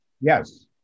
yes